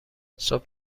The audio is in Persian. صبح